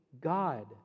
God